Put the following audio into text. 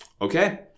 Okay